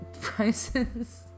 prices